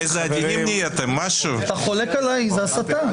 אתה חולק עליי, זאת הסתה.